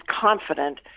confident